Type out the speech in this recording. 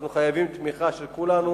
אנחנו חייבים תמיכה של כולנו,